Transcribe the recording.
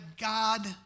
God